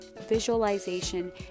visualization